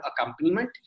accompaniment